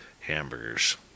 hamburgers